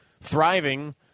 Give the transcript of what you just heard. thriving